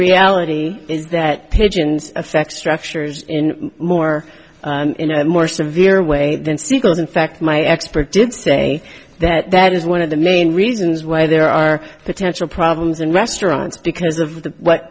reality is that pigeons affect structures in more in a more severe way than siegel's in fact my expert did say that that is one of the main reasons why there are potential problems in restaurants because of the what